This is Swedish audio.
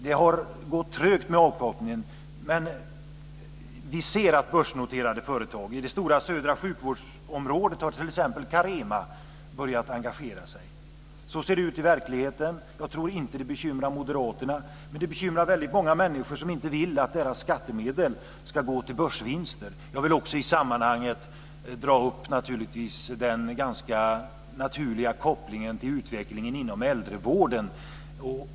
Det har gått trögt med avknoppningen, men vi ser att de börsnoterade företagen kommer. I det stora södra sjukvårdsområdet har t.ex. Carema börjat engagera sig. Så ser det ut i verkligheten. Jag tror inte att det bekymrar Moderaterna, men det bekymrar väldigt många människor, som inte vill att deras skattemedel går till börsvinster. Jag vill också i sammanhanget dra upp den ganska naturliga kopplingen till utvecklingen inom äldrevården.